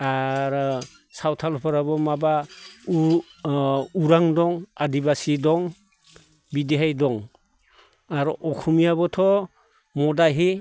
आरो सावथालफोराबो माबा उ उरां दं आदिबासि दं बिदिहाय दं आरो असमियाबोथ' मदाहि